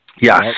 Yes